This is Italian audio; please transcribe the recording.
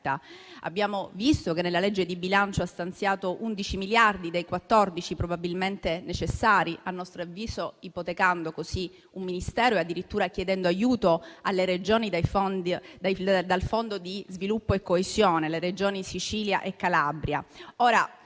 Abbiamo visto che nella legge di bilancio ha stanziato 11 miliardi dei 14 probabilmente necessari, a nostro avviso ipotecando così un Ministero e addirittura chiedendo aiuto alle Regioni dal Fondo di sviluppo e coesione, le Regioni Sicilia e Calabria.